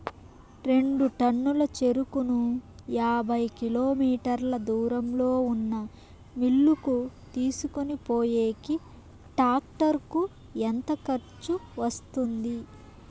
రెండు టన్నుల చెరుకును యాభై కిలోమీటర్ల దూరంలో ఉన్న మిల్లు కు తీసుకొనిపోయేకి టాక్టర్ కు ఎంత ఖర్చు వస్తుంది?